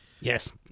Yes